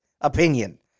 opinion